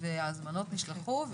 וההזמנות נשלחו,